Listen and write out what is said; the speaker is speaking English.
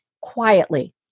quietly